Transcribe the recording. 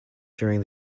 during